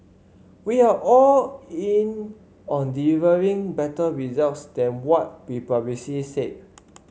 we are all in on delivering better results than what we publicly said